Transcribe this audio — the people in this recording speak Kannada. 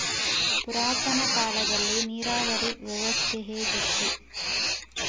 ಪುರಾತನ ಕಾಲದಲ್ಲಿ ನೀರಾವರಿ ವ್ಯವಸ್ಥೆ ಹೇಗಿತ್ತು?